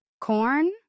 Corn